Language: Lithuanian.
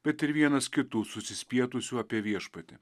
bet ir vienas kitų susispietusių apie viešpatį